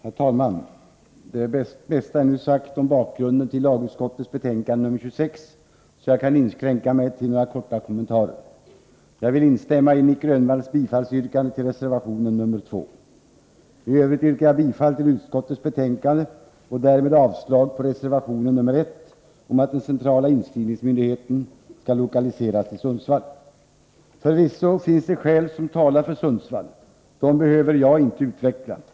Herr talman! Det mesta är nu sagt om bakgrunden till lagutskottets betänkande 26. Jag kan därför inskränka mitt anförande till några korta kommentarer. Jag vill instämma i Nic Grönvalls bifallsyrkande till reservation 2. I övrigt yrkar jag bifall till hemställan i utskottets betänkande och därmed avslag på reservation 1 om att den centrala inskrivningsmyndigheten skall lokaliseras till Sundsvall. Förvisso finns det skäl som talar för Sundsvall. Dem behöver inte jag utveckla.